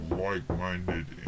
like-minded